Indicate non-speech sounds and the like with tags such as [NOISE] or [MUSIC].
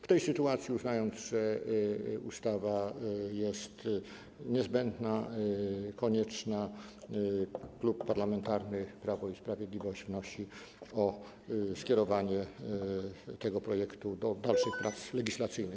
W tej sytuacji, uznając, że ustawa jest niezbędna, konieczna, Klub Parlamentarny Prawo i Sprawiedliwość wnosi o skierowanie tego projektu [NOISE] do dalszych prac legislacyjnych.